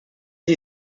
sie